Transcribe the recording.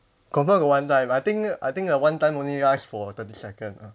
confirm got one time I think I think like one time only last for thirty second